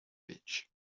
beach